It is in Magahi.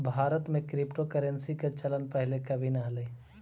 भारत में क्रिप्टोकरेंसी के चलन पहिले कभी न हलई